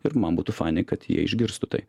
ir man būtų fanai kad jie išgirstų tai